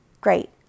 Great